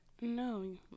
No